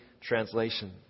Translation